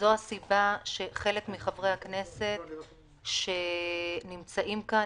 זו הסיבה שחלק מחברי הכנסת שנמצאים כאן,